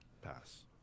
pass